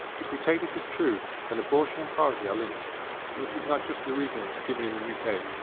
if we take this as true then abortion and poverty are linked and this is not just the reason given in the u k.